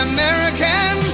American